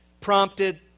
prompted